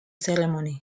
ceremony